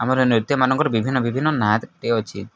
ଆମର ନୃତ୍ୟମାନଙ୍କର ବିଭିନ୍ନ ବିଭିନ୍ନ ନାଁଟେ ଅଛି